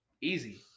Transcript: Easy